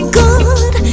good